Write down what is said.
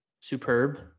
superb